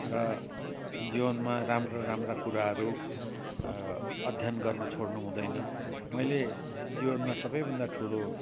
र जीवनमा राम्रा राम्रा कुराहरू अध्ययन गर्नु छोड्नु हुँदैन मैले जीवनमा सबैभन्दा ठुलो